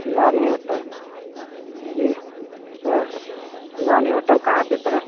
Shivani hotel जी sir Shivani hotel कहाँ पर सर